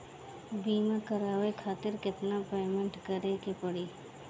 बीमा करावे खातिर केतना पेमेंट करे के पड़ी?